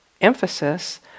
emphasis